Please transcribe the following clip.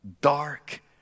dark